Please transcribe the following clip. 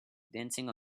dancing